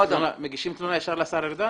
מגישים תלונה ישר לשר ארדן?